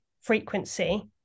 frequency